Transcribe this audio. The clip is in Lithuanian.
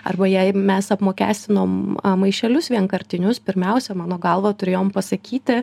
arba jei mes apmokestinom a maišelius vienkartinius pirmiausia mano galva turėjom pasakyti